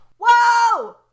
Whoa